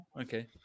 Okay